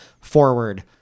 forward